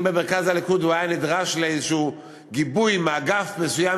אם במרכז הליכוד הוא היה נדרש לאיזשהו גיבוי מאגף מסוים,